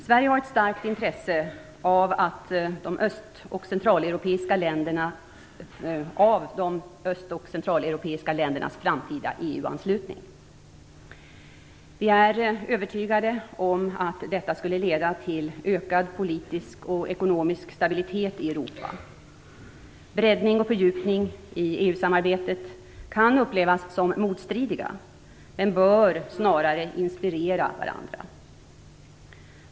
Sverige har ett starkt intresse av de öst och centraleuropeiska ländernas framtida EU-anslutning. Vi är övertygade om att detta skulle leda till ökad politisk och ekonomisk stabilitet i Europa. Breddning och fördjupning i EU-samarbetet kan upplevas som motstridiga, men bör snarare inspirera varandra.